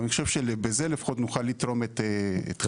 אני חושב שבזה נוכל לפחות לתרום את חלקנו.